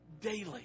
daily